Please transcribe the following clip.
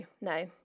no